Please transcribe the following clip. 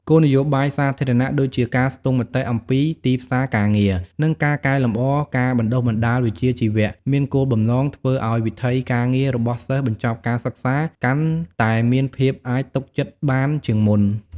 គោលលនយោបាយសាធារណៈ ដូចជាការស្ទង់មតិអំពីទីផ្សារការងារ និងការកែលម្អការបណ្តុះបណ្តាលវិជ្ជាជីវៈ មានគោលបំណងធ្វើឲ្យវិថីការងាររបស់សិស្សបញ្ចប់ការសិក្សាកាន់តែមានភាពអាចទុកចិត្តបានជាងមុន។